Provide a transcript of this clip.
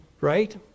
right